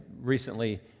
recently